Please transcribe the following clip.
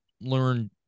learn